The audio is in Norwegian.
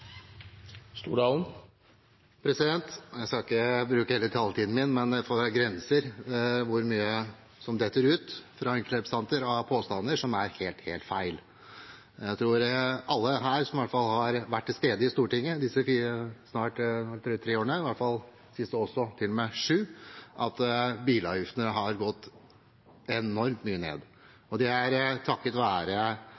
Jeg skal ikke bruke hele taletiden min, men det får være grenser for hvor mye som detter ut av enkelte representanter av påstander som er helt, helt feil. Jeg tror alle her, i hvert fall de som har vært til stede i Stortinget de snart tre siste årene, og til og med de snart sju årene, vet at bilavgiftene har gått enormt mye ned.